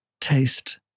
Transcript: taste